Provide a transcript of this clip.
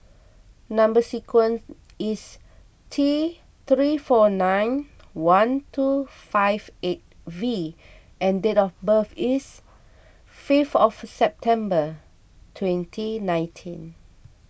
Number Sequence is T three four nine one two five eight V and date of birth is fifth of September twenty nineteen